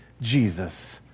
Jesus